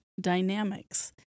dynamics